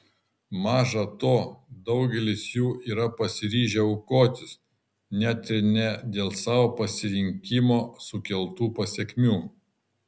maža to daugelis jų yra pasiryžę aukotis net ir ne dėl savo pasirinkimo sukeltų pasekmių